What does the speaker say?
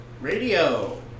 radio